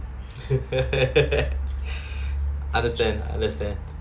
understand understand